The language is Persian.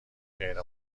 غیر